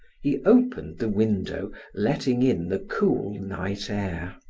he opened the window, letting in the cool night air.